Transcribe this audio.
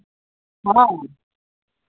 ᱦᱮᱸ